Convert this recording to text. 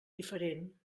diferent